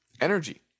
energy